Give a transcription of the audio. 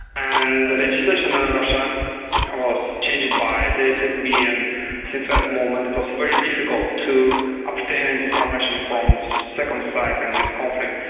and the legislation in russia was changed by the fsb and since that moment it was very difficult to obtain and information from second side in this conflict,